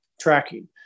tracking